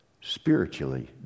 spiritually